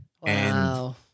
Wow